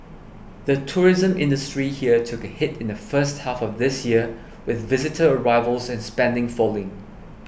the tourism industry here took a hit in the first half of this year with visitor arrivals and spending falling